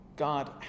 God